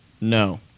No